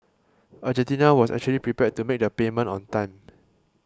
Argentina was actually prepared to make the payment on time